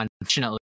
unfortunately